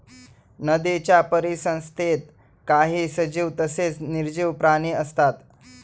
नदीच्या परिसंस्थेत काही सजीव तसेच निर्जीव प्राणी असतात